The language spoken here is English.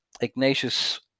Ignatius